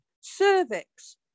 cervix